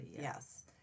Yes